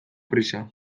prisa